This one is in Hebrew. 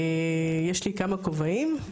יש לי כמה כובעים: